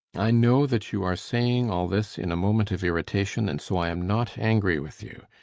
i know that you are saying all this in a moment of irritation, and so i am not angry with you.